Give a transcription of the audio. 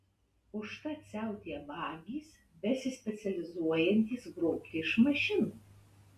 užtat siautėja vagys besispecializuojantys grobti iš mašinų